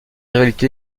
rivalité